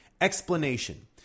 explanation